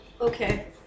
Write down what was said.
Okay